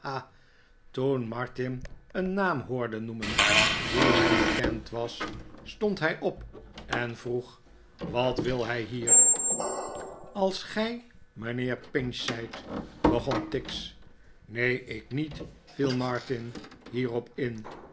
martin een naam hoorde noemen die hem bekend was stond hij op en vroeg wat wil hij hier als gij mijnheer pinch zijt begon tigg neen ik niet viel martin hierop in